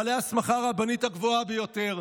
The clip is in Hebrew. בעלי ההסמכה הרבנית הגבוהה ביותר,